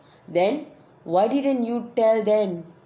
then why didn't you tell them